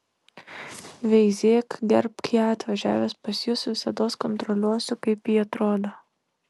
veizėk gerbk ją atvažiavęs pas jus visados kontroliuosiu kaip ji atrodo